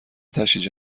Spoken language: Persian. تشییع